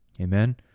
Amen